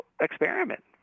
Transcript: experiment